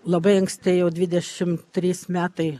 labai anksti jau dvidešimt trys metai